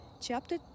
Chapter